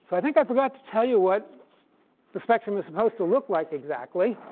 but i think i forgot to tell you what the spectrum is supposed to look like exactly.